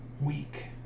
week